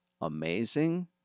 amazing